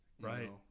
right